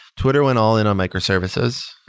twitter went all-in on microservices.